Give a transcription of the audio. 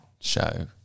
show